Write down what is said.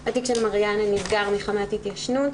התיק של מריאנה נסגר מחמת התיישנות,